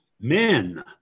men